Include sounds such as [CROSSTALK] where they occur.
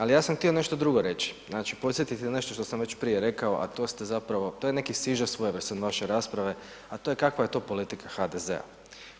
Ali ja sam htio nešto drugo reći, znači podsjetiti na nešto što sam već prije rekao a to ste zapravo, to je neki ... [UNINTELLIGIBLE] svojevrstan vaše rasprave a to je kakva je to politika HDZ-a.